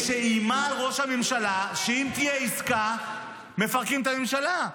-- שאיימה על ראש הממשלה שאם תהיה עסקה מפרקים את הממשלה.